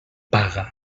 paga